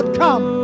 come